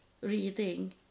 reading